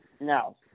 No